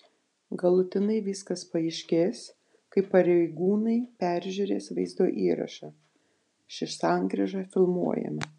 galutinai viskas paaiškės kai pareigūnai peržiūrės vaizdo įrašą ši sankryža filmuojama